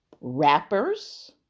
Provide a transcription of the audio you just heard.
rappers